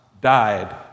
died